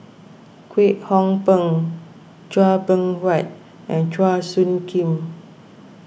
Kwek Hong Png Chua Beng Huat and Chua Soo Khim